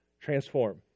transform